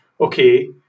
okay